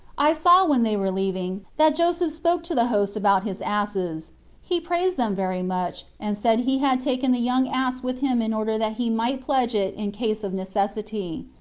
i saw when they were leaving that joseph spoke to the host about his asses he praised them very much, and said he had taken the young ass with him in order that he might pledge it in case of necessity.